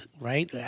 right